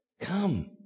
Come